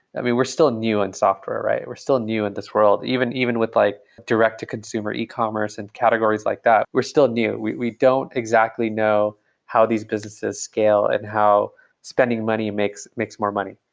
i mean, we're still new in software, right? we're still new in this world. even even with like direct to consumer e-commerce and categories like that, we're still new. we we don't exactly know how these businesses scale and how spending money makes makes more money.